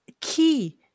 key